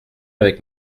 avec